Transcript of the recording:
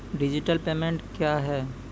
Digital payment क्या हैं?